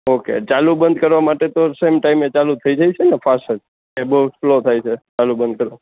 okay ચાલુ બંધ કરવા માટે તો સેમ ટાઈમ એ ચાલુ થઈ જાય છે યા ફાસ્ટ યા બહુ સ્લો થાય છે ચાલુ બંધ કરવા